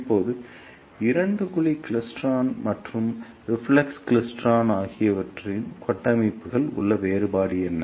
இப்போது இரண்டு குழி கிளைஸ்ட்ரான் மற்றும் ரிஃப்ளெக்ஸ் கிளைஸ்ட்ரான் ஆகியவற்றின் கட்டமைப்புகளில் உள்ள வேறுபாடு என்ன